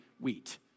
wheat